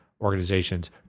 organizations